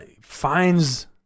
finds